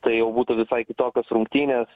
tai jau būtų visai kitokios rungtynės